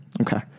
Okay